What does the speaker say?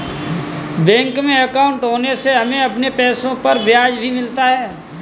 bank में अंकाउट होने से हमें अपने पैसे पर ब्याज भी मिलता है